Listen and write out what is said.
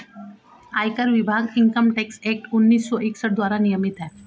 आयकर विभाग income tax act उन्नीस सौ इकसठ द्वारा नियमित है